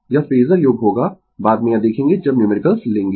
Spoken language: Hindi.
यह फेजर योग होगा बाद में यह देखेंगें जब न्यूमेरिकल लेंगें